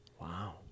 Wow